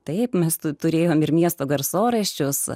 taip mes turėjome ir miesto garsų raiščius